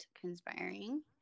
conspiring